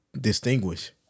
distinguish